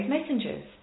messengers